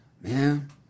Man